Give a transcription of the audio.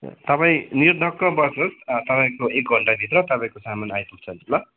तपाईँ निर्धक्क बस्नुहोस् तपाईँको एक घन्टाभित्र तपाईँको सामान आइपुग्छ ल